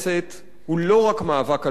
הוא לא רק מאבק על מקום עבודה,